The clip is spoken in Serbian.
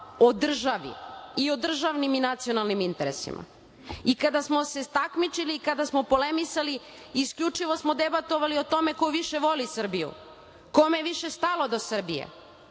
o državi i o državnim i nacionalnim interesima.I kada smo se takmičili i kada smo polemisali, isključivo smo debatovali o tome ko više voli Srbiju, kome je više stalo do Srbije.